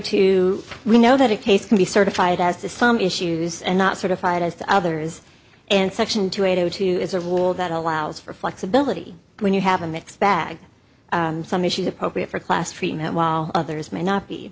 two we know that a case can be certified as to some issues and not certified as the others and section two a two is a rule that allows for flexibility when you have a mixed bag some issues appropriate for class treatment while others may not be